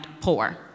poor